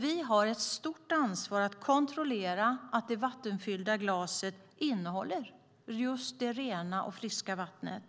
Vi har ett stort ansvar att kontrollera att det vattenfyllda glaset innehåller just det rena och friska vattnet.